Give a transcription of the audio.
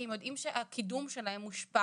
כי הם יודעים שהקידום שלהם מושפע